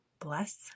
bless